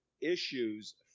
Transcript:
issues